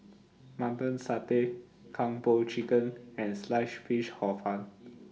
Mutton Satay Kung Po Chicken and Sliced Fish Hor Fun